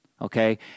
okay